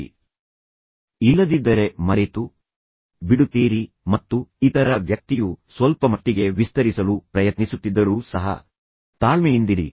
ಕಿರುನಗೆ ಇರಲಿ ಮತ್ತು ನೀವು ತುಂಬಾ ಬೆಚ್ಚಗಿರುವಿರಿ ಎಂದು ಸೂಚಿಸುವ ಇತರ ಸೂಚನೆಗಳನ್ನು ಬಳಸಿ ಮತ್ತು ಇತರ ವ್ಯಕ್ತಿಯು ಅದನ್ನು ಅನುಭವಿಸಬಹುದು ಮತ್ತು ಇತರ ವ್ಯಕ್ತಿಯು ಸ್ವಲ್ಪಮಟ್ಟಿಗೆ ಅದನ್ನು ವಿಸ್ತರಿಸಲು ಪ್ರಯತ್ನಿಸುತ್ತಿದ್ದರೂ ಸಹ ತಾಳ್ಮೆಯಿಂದಿರಿ